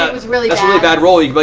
really really bad roll, you but